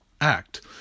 act